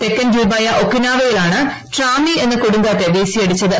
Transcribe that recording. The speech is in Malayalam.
തെക്കൻ ദ്വീപായ ഒകിനാവയിലാണ് ട്രാമി എന്ന കൊടുങ്കാറ്റ് വീശിയടിച്ചത്